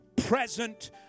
present